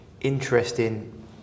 interesting